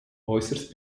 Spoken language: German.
äußerst